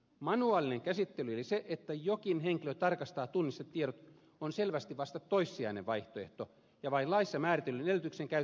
manuaalinen käsittely eli se että joku henkilö tarkastaa tunnistetiedot on selvästi vasta toissijainen vaihtoehto ja vain laissa määritellyin edellytyksin käytettävissä oleva toimenpide